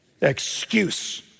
Excuse